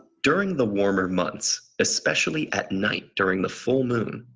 during the warmer months, especially at night, during the full moon,